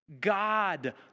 God